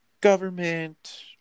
government